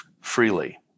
freely